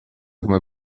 come